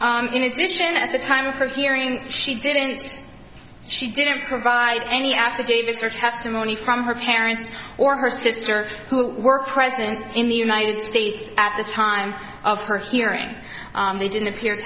relief in addition at the time of her hearing she didn't she didn't provide any affidavits or testimony from her parents or her sister who were present in the united states at the time of her hearing they didn't appear